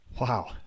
Wow